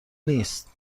نیست